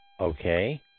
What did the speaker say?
Okay